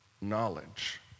knowledge